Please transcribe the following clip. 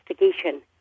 investigation